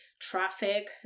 traffic